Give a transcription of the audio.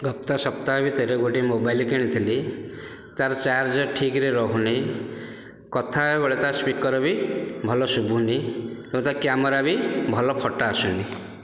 ଗତ ସପ୍ତାହେ ଭିତରେ ଗୋଟିଏ ମୋବାଇଲ କିଣିଥିଲି ତାର ଚାର୍ଜ ଠିକରେ ରହୁନି କଥାବାର୍ତ୍ତା ସ୍ପିକର୍ ବି ଭଲ ଶୁଭୁନି ଓ ତା କ୍ୟାମେରା ବି ଭଲ ଫଟୋ ଆସୁନି